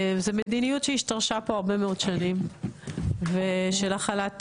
זו מדיניות שהשתרשה פה הרבה מאוד שנים של הכלת טרור.